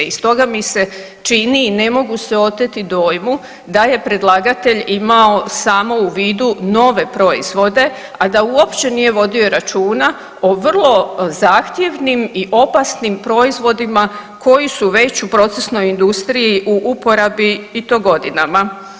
I stoga mi se čini i ne mogu se oteti dojmu da je predlagatelj imao samo u vidu nove proizvode, a da uopće nije vodio računa o vrlo zahtjevnim i opasnim proizvodima koji su već u procesnoj industriji u porabi i to godinama.